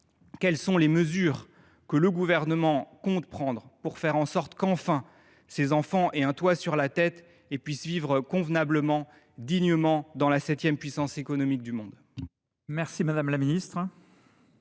quelles sont les mesures que le Gouvernement compte prendre pour que ces enfants aient enfin un toit au dessus de leur tête et puissent vivre convenablement, dignement, dans la septième puissance économique du monde ?